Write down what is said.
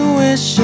wish